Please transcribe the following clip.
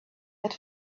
had